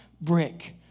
brick